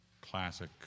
classic